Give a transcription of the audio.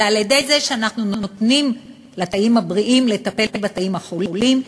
אלא על-ידי זה שאנחנו נותנים לתאים הבריאים לטפל בתאים החולים.